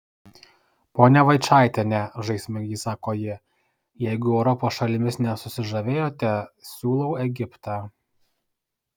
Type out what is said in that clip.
ponia vaičaitiene žaismingai sako ji jeigu europos šalimis nesusižavėjote siūlau egiptą